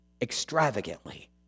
extravagantly